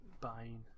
buying